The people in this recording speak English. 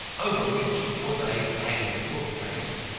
over which was a hanging bookcase.